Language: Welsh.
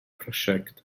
prosiect